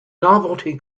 novelty